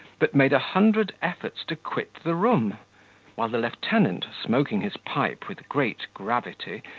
but made a hundred efforts to quit the room while the lieutenant, smoking his pipe with great gravity,